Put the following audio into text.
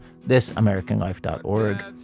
ThisAmericanLife.org